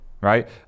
right